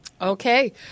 Okay